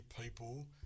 people